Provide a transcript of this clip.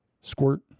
Squirt